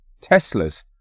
Teslas